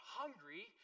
hungry